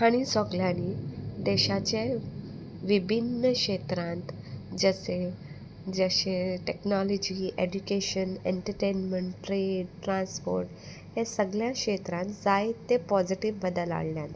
हांणी सोगल्यांनी देशाचे विभिन्न क्षेत्रांत जशे जशे technology education entertainment trade transport हे सगळ्या क्षेत्रान जायते पॉजिटीव बदल हाडल्यात